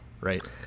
right